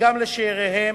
וגם לשאיריהם,